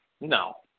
No